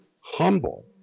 humble